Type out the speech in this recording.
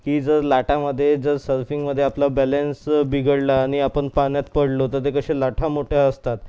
की जर लाटांमध्ये जर सर्फिंगमधे आपला बॅलन्स बिघडला आणि आपण पाण्यात पडलो तर ते कसे लाटा मोठया असतात